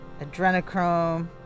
Adrenochrome